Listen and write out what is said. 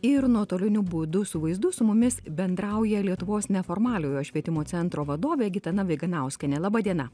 ir nuotoliniu būdu su vaizdu su mumis bendrauja lietuvos neformaliojo švietimo centro vadovė gitana viganauskienė laba diena